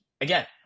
again